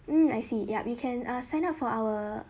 mm I see yup you can err sign up for our